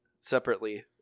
separately